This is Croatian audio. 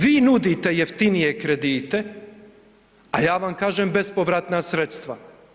Vi nudite jeftinije kredite, a ja vam kažem bespovratna sredstva.